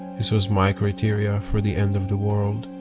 this was my criteria for the end of the world.